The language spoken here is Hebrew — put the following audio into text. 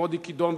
מודי כידון,